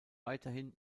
weiterhin